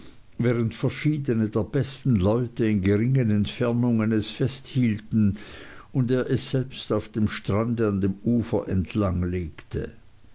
während verschiedne der besten leute in geringen entfernungen es festhielten und er es selbst auf dem strande an dem ufer entlang legte